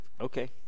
Okay